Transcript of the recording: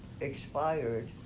expired